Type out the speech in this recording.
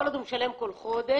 כל עוד הוא משלם כל חודש,